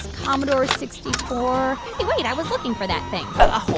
commodore sixty four. hey, wait. i was looking for that thing. ah